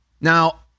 Now